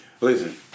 Listen